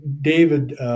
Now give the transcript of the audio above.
David